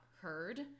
heard